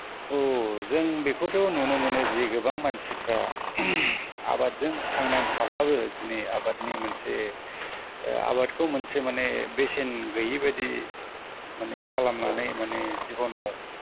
औ जों बेखौथ' नुनो मोनो जि गोबां मानसिफ्रा आबादजों थांनानै थाब्लाबो दिनै आबादनि मोनसे आबादखौ मोनसे माने बेसेन गैयि बायदि माने खालामनानै माने जिबनाव